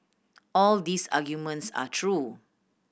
all these arguments are true